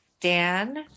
Dan